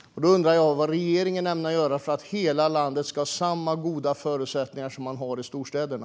Jag undrar vad regeringen ämnar göra för att hela landet ska ha samma goda förutsättningar som man har i storstäderna.